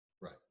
Right